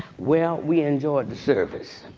well, we enjoyed the service